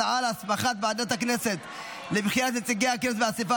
הסמכת ועדת הכנסת לבחירת נציגי הכנסת באספה